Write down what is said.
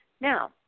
Now